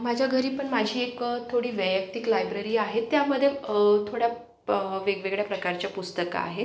माझ्या घरी पण माझी एक थोडी वैयक्तिक लायब्ररी आहे त्यामध्ये थोड्या प वेगवेगळ्या प्रकारच्या पुस्तका आहेत